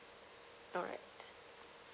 alright